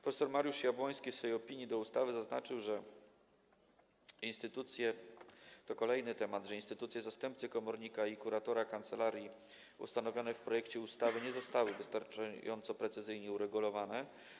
Prof. Mariusz Jabłoński w swej opinii do ustawy zaznaczył, to kolejny temat, że instytucje zastępcy komornika i kuratora kancelarii ustanowione w projekcie ustawy nie zostały wystarczająco precyzyjnie uregulowane.